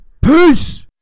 Peace